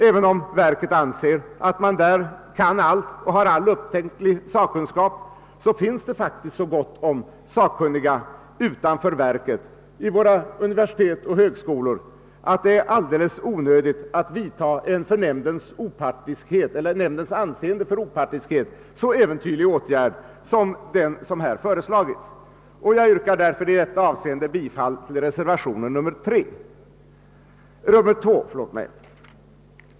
Även om verket anser sig kunna allt och förfogar över all upptänklig sakkunskap, finns det faktiskt så gott om sakkunniga utanför verket vid våra universitet och högskolor, att det är alldeles onödigt att vidta en för nämndens anseende när det gäller opartiskhet så äventyrlig åtgärd som den föreslagna. Jag yrkar alltså bifall till reservationen II.